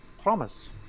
promise